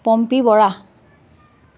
Pompi Bora